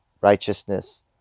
righteousness